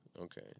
Okay